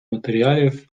матеріалів